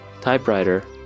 typewriter